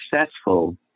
successful